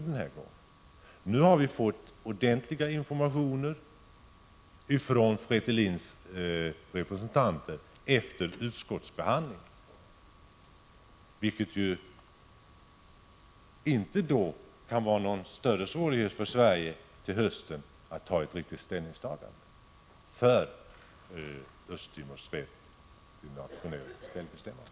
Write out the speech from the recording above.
Vi har nu fått ordentliga informationer från Fretilins representant efter utskottsbehandlingen, vilket gör att det inte kan vara så svårt för Sverige att till hösten ta ett riktigt ställningstagande för Östtimors rätt till nationellt självbestämmande.